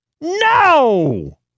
No